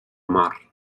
mar